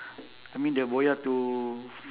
I mean the boya to